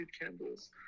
candles